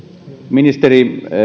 ministeri